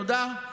תודה.